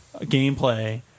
gameplay